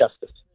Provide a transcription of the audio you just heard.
justice